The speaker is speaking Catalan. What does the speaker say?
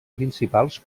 principals